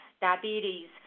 diabetes